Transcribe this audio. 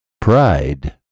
pride